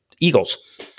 Eagles